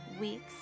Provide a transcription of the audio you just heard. weeks